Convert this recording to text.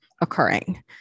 occurring